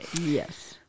Yes